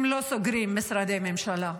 הם לא סוגרים משרדי ממשלה.